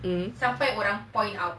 eh